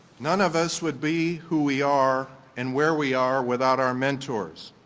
none of us would be who we are and where we are without our mentors.